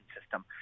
system